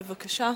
בבקשה.